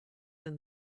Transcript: than